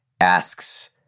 asks